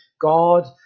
God